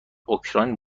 اوکراین